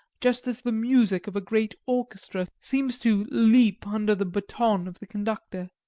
just as the music of a great orchestra seems to leap under the baton of the conductor.